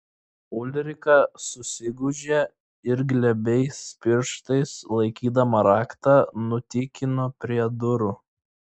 ulrika susigūžė ir glebiais pirštais laikydama raktą nutykino prie durų